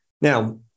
Now